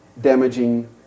damaging